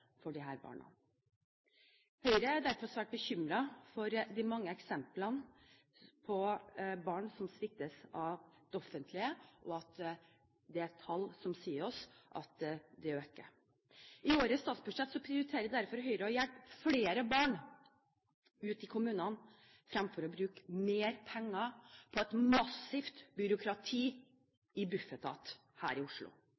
for disse barna. Høyre er derfor svært bekymret over de mange eksemplene på barn som sviktes av det offentlige, og fordi at det er tall som sier oss at det øker. I årets statsbudsjett prioriterer derfor Høyre å hjelpe flere barn ute i kommunene fremfor å bruke mer penger på et massivt byråkrati i Bufetat her i Oslo.